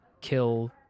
kill